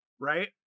right